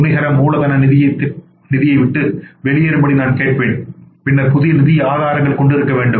துணிகர மூலதன நிதியை விட்டு வெளியேறும்படி நான் கேட்பேன் பின்னர் புதிய நிதி ஆதாரங்கள் கொண்டிருக்க வேண்டும்